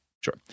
Sure